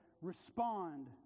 respond